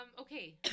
Okay